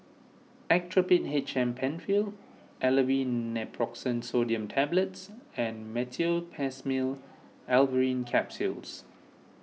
Actrapid H M Penfill Aleve Naproxen Sodium Tablets and Meteospasmyl Alverine Capsules